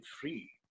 free